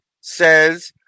Says